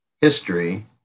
history